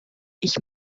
ich